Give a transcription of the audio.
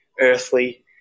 earthly